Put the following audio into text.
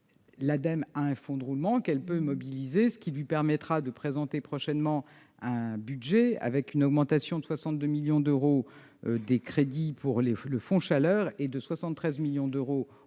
dispose d'un fonds de roulement, qu'elle peut mobiliser, ce qui lui permettra de présenter prochainement un budget avec une augmentation de 62 millions d'euros des crédits pour le fonds chaleur, et des crédits d'intervention